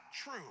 true